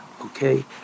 okay